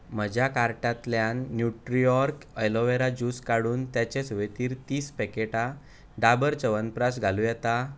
म्हज्या कार्टांतल्यान Nutriorg aloe vera juice काडून ताचे सुवातेर तीस पॅकेटां डाबर च्यवनप्रकाश घालूं येता